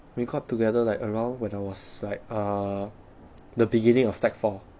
we got together like around when I was like uh the beginning of secondary four